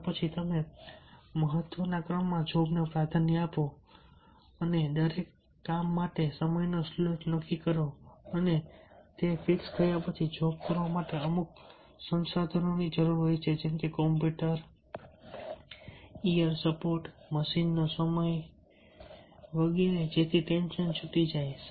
અને તે પછી તમે મહત્વના ક્રમમાં જોબને પ્રાધાન્ય આપો અને દરેક કામ માટે સમયનો સ્લોટ નક્કી કરો અને તે ફિક્સ કર્યા પછી જોબ કરવા માટે અમુક સંસાધનોની જરૂર હોય છે જેમ કે કોમ્પ્યુટર ઇયર સપોર્ટ મશીનનો સમય વગેરે જેથી ટેન્શન છૂટી જાય